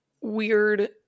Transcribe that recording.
weird